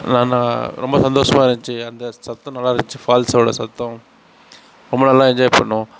நான் நான் ரொம்ப சந்தோஷமாக இருந்துச்சி அந்த சத்தம் நல்லாயிருந்துச்சி ஃபால்ஸோடய சத்தம் ரொம்ப நல்லா என்ஜாய் பண்ணோம்